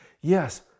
Yes